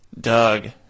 Doug